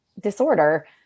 disorder